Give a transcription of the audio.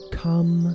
come